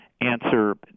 answer